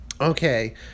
Okay